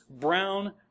brown